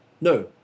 No